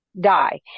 Die